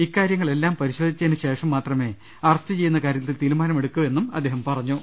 ഇക്കാരൃങ്ങളെല്ലാം പരിശോ ധിച്ചതിന് ശേഷം മാത്രമേ അറസ്റ്റ് ചെയ്യുന്ന കാര്യത്തിൽ തീരുമാന മെടുക്കൂ എന്ന് അദ്ദേഹം പറഞ്ഞു